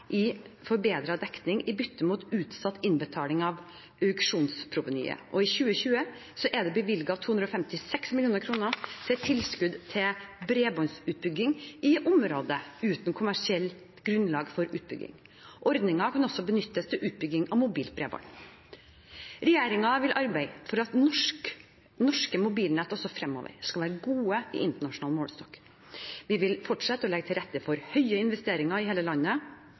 i forbedret dekning i bytte mot utsatt innbetaling av auksjonsprovenyet. I 2020 er det bevilget 256 mill. kr til tilskudd til bredbåndsutbygging i områder uten kommersielt grunnlag for utbygging. Ordningen kan også benyttes til utbygging av mobilt bredbånd. Regjeringen vil arbeide for at norske mobilnett også fremover skal være gode i internasjonal målestokk. Vi vil fortsette å legge til rette for høye investeringer i hele landet